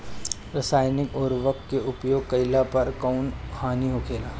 रसायनिक उर्वरक के उपयोग कइला पर कउन हानि होखेला?